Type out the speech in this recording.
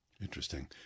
Interesting